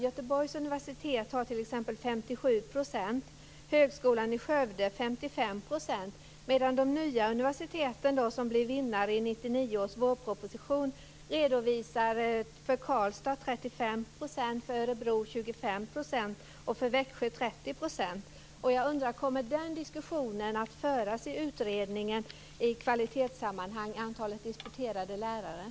Göteborgs universitet har t.ex. 57 % och Högskolan i Skövde Kommer en diskussion om antalet disputerade lärare att föras i kvalitetssammanhang i utredningen?